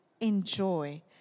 enjoy